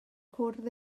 cwrdd